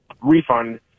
refund